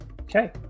Okay